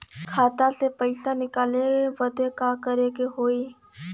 खाता से पैसा निकाले बदे का करे के होई?